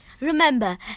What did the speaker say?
Remember